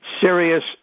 serious